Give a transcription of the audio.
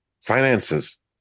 finances